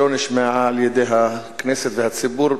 שלא נשמעה על-ידי הכנסת והציבור,